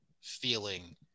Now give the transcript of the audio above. feeling